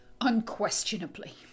Unquestionably